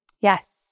Yes